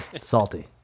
Salty